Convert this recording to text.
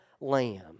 lamb